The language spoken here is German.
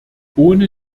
ohne